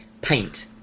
paint